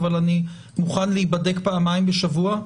אבל אני מוכן להיבדק פעמיים בשבוע.